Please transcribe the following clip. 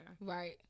Right